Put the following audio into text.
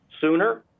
sooner